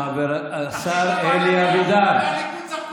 אתה כהניסט.